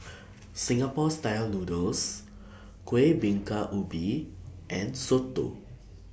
Singapore Style Noodles Kuih Bingka Ubi and Soto